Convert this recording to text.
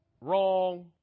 Wrong